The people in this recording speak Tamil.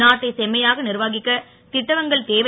நாட்டை செம்மையாக நிர்வாகிக்க திட்டங்கள் தேவை